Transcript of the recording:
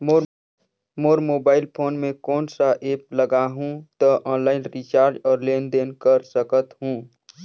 मोर mobile phone मे कोन सा एप्प लगा हूं तो ऑनलाइन रिचार्ज और लेन देन कर सकत हू?